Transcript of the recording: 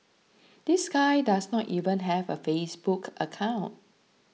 this guy does not even have a Facebook account